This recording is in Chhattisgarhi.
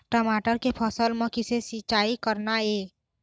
टमाटर के फसल म किसे सिचाई करना ये?